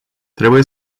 trebuie